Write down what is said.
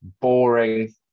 boring